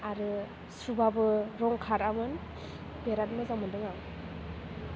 आरो सुबाबो रं खारामोन बिराद मोजां मोनदों आं